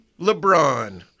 LeBron